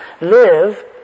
live